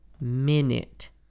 minute